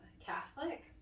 Catholic